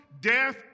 death